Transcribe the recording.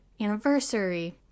anniversary